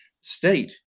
state